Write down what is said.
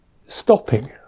stopping